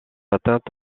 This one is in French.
atteinte